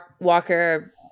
Walker